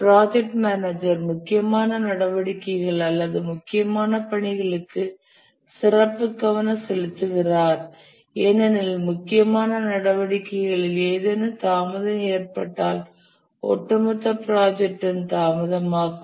project manager முக்கியமான நடவடிக்கைகள் அல்லது முக்கியமான பணிகளுக்கு சிறப்பு கவனம் செலுத்துகிறார் ஏனெனில் முக்கியமான நடவடிக்கைகளில் ஏதேனும் தாமதம் ஏற்பட்டால் ஒட்டுமொத்த ப்ராஜெக்ட்டும் தாமதமாகும்